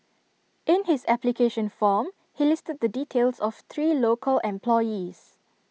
in his application form he listed the details of three local employees